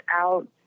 out